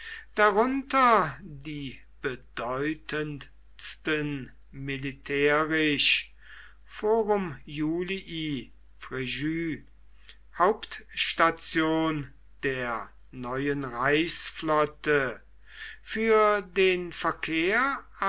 darunter die bedeutendsten militärisch forum iulii frjus hauptstation der neuen reichsflotte für den verkehr